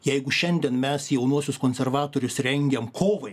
jeigu šiandien mes jaunuosius konservatorius rengiam kovai